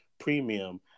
premium